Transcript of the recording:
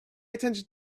attention